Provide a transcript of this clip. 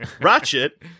Ratchet